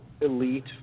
elite